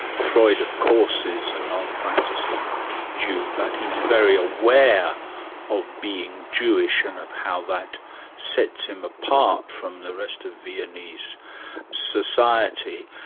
freud, of course, is a non-practising jew but he's very aware of being jewish and of how that sets him apart from the rest of viennese society.